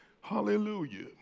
Hallelujah